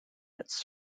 its